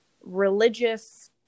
religious